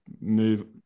move